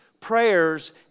prayers